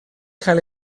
cael